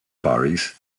parris